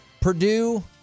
Purdue